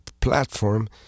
platform